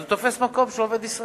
אז הוא תופס מקום של עובד ישראלי,